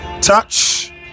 touch